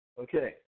Okay